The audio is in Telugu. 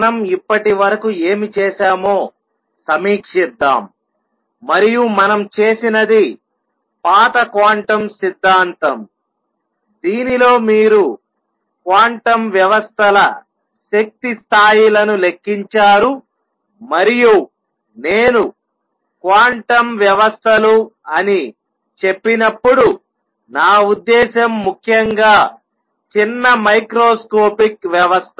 మనం ఇప్పటివరకు ఏమి చేసామో సమీక్షిద్దాం మరియు మనం చేసినది పాత క్వాంటం సిద్ధాంతం దీనిలో మీరు క్వాంటం వ్యవస్థల శక్తి స్థాయిలను లెక్కించారు మరియు నేను క్వాంటం వ్యవస్థలు అని చెప్పినప్పుడు నా ఉద్దేశ్యం ముఖ్యంగా చిన్న మైక్రోస్కోపిక్ వ్యవస్థ